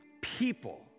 people